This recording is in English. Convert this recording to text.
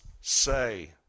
say